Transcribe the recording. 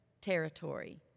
territory